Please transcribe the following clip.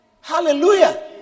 Hallelujah